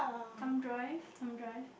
thumb drive thumb drive